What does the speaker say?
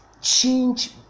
change